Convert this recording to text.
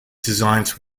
designs